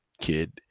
kid